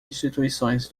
instituições